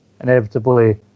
inevitably